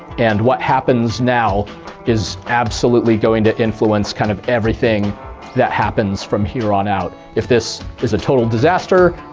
and what happens now is absolutely going to influence kind of everything that happens from here on out. if this is a total disaster,